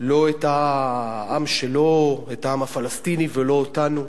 לא את העם שלו, את העם הפלסטיני, ולא אותנו.